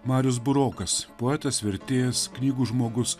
marius burokas poetas vertėjas knygų žmogus